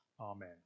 Amen